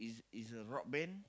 is is a rock band